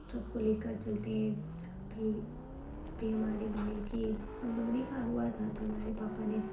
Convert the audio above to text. سب کو لے کر چلتے ہیں ابھی ابھی میرے بھائی کی منگنی کا ہوا تھا تو ہمارے پاپا نے